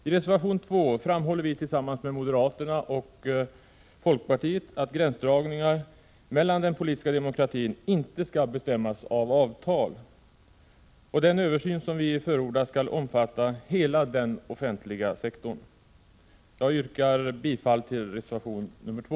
I reservation 2 framhåller vi tillsammans med moderaterna och folkpartiet att gränsdragningar ifråga om den politiska demokratin inte skall bestämmas av avtal. Den översyn som vi förordar skall omfatta hela den offentliga sektorn. Jag yrkar bifall till reservation 2.